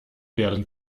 werden